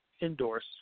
endorse